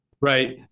Right